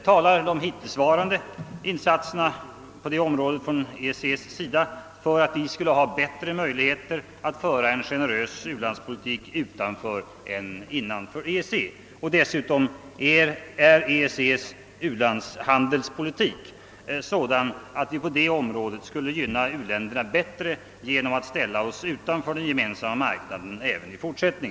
Talar deras hittillsvarande insatser för att vi skulle ha bättre möjligheter att föra en generös u-landspolitik utanför än innanför EEC? Och dessutom: Är EEC:s u-landshandelspolitik sådan att vi på det området skulle gynna u-länderna bättre genom att ställa oss utanför Gemensamma marknaden även i fortsättningen?